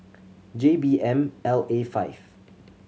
J B M L A five